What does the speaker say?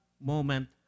moment